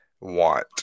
want